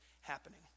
happening